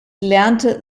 lernte